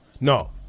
No